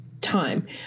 time